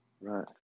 right